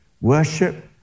Worship